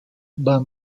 beim